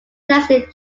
nesting